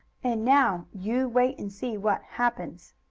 and now you wait and see what happens.